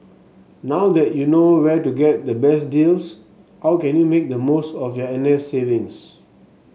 now that you know where to get the best deals how can you make the most of your N S savings